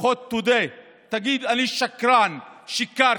לפחות תודה, תגיד: אני שקרן, שיקרתי,